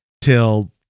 till